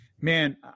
man